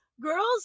Girls